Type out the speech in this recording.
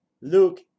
Luke